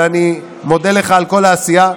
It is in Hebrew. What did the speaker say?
ואני מודה לך על כל העשייה,